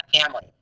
family